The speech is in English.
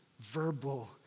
verbal